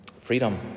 Freedom